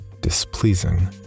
displeasing